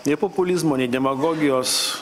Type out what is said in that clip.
nei populizmo nei demagogijos